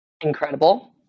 Incredible